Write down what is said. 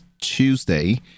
tuesday